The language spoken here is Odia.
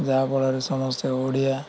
ଯାହାଫଳରେ ସମସ୍ତେ ଓଡ଼ିଆ